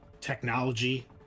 technology